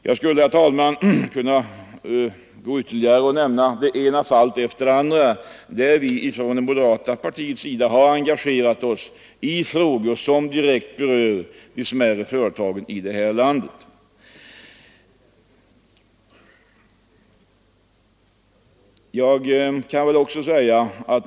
Jag skulle, herr talman, kunna gå vidare och nämna det ena fallet efter det andra där vi från moderata samlingspartiets sida engagerat oss i frågor som direkt berör de smärre företagen i landet.